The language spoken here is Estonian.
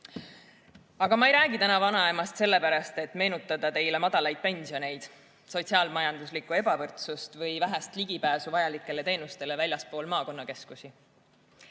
Aga ma ei räägi täna vanaemast sellepärast, et meenutada teile madalaid pensioneid, sotsiaal‑majanduslikku ebavõrdsust või vähest ligipääsu vajalikele teenustele väljaspool maakonnakeskusi.